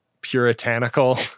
puritanical